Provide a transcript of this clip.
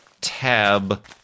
Tab